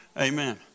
Amen